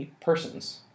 persons